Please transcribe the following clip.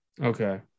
Okay